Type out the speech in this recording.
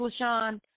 Lashawn